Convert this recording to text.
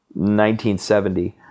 1970